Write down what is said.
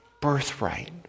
birthright